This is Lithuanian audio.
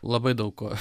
labai daug ko